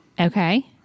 Okay